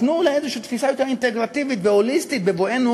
תנו איזו תפיסה יותר אינטגרטיבית והוליסטית בבואנו